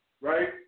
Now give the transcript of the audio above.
right